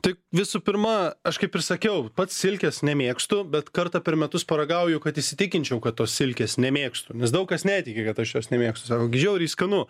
tai visų pirma aš kaip ir sakiau pats silkės nemėgstu bet kartą per metus paragauju kad įsitikinčiau kad tos silkės nemėgstu nes daug kas netiki kad aš jos nemėgstu sako gi žiauriai skanu